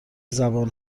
زبان